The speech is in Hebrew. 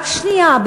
רק שנייה,